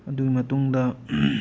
ꯑꯗꯨꯒꯤ ꯃꯇꯨꯡꯗ